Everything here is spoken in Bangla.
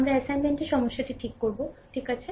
আমরা অ্যাসাইনমেন্টে সমস্যাটি ঠিক করব ঠিক আছে